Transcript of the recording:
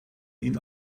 ihn